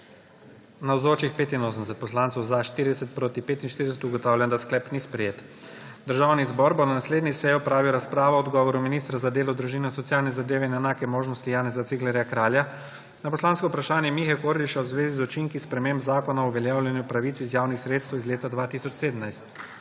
45. (Za je glasovalo 40.) (Proti 45.) Ugotavljam, da sklep ni sprejet. Državni zbor bo na naslednji seji opravil razpravo o odgovoru ministra za delo, družino, socialne zadeve in enake možnosti Janeza Ciglerja Kralja na poslansko vprašanje Mihe Kordiša v zvezi z učinki sprememb Zakona o uveljavljanju pravic iz javnih sredstev iz leta 2017.